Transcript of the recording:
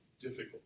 difficult